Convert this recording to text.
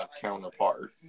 counterpart